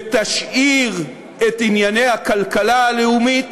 ותשאיר את ענייני הכלכלה הלאומית